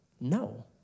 No